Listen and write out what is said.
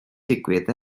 digwydd